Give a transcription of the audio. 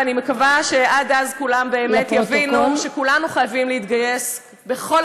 ואני מקווה שעד אז כולם יבינו שכולנו חייבים להתגייס בכל